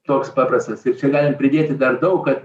toks paprastas ir čia galim pridėti dar daug kad